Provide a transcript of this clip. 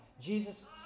Jesus